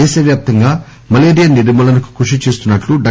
దేశవ్యాప్తంగా మలేరియా నిర్మూలనకు కృషి చేస్తున్నట్లు డా